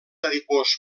adipós